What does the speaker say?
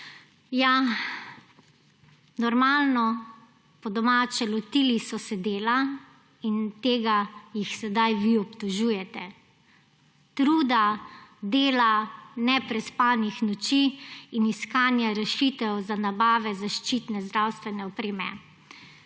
Ja, normalno, po domače, lotili so se dela in tega jih sedaj vi obtožujete. Truda, dela, neprespanih noči in iskanja rešitev za nabavo zaščitne zdravstvene opreme.